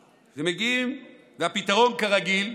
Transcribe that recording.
ומגיעים, והפתרון, כרגיל,